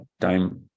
time